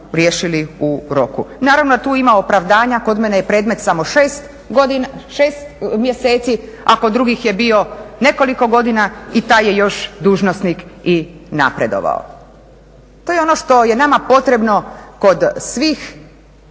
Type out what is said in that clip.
riješili u roku. Naravno, tu ima opravdanja kod mene je predmet samo 6 mjeseci a kod drugih je bio nekoliko godina i taj je još dužnosnik i napredovao. To je ono što je nama potrebno kod svih